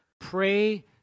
pray